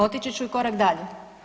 Otići ću i korak dalje.